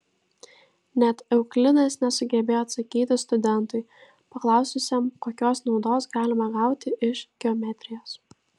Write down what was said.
net euklidas nesugebėjo atsakyti studentui paklaususiam kokios naudos galima gauti iš geometrijos